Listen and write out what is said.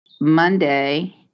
Monday